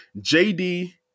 JD